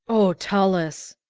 o tullus